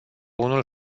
unul